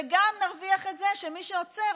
וגם נרוויח את זה שמי שעוצר,